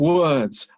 words